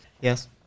Yes